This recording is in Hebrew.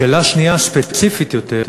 שאלה שנייה, ספציפית יותר,